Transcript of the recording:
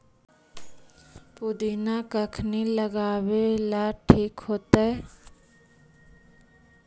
पुदिना कखिनी लगावेला ठिक होतइ?